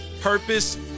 Purpose